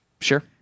sure